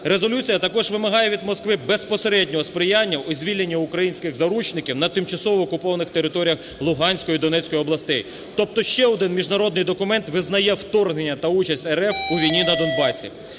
резолюція також вимагає від Москви безпосереднього сприяння у звільненні українських заручників на тимчасово окупованих територіях Луганської, Донецької областей. Тобто ще один міжнародний документ визнає вторгнення та участь РФ у війні на Донбасі.